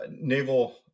naval